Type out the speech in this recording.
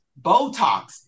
Botox